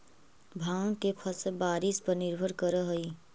भाँग के फसल बारिश पर निर्भर करऽ हइ